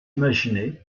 imaginé